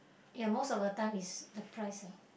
ya most of the time is the price lah